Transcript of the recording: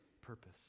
purpose